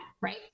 right